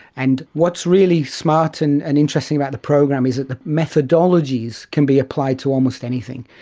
and what's really smart and and interesting about the program is the methodologies can be applied to almost anything,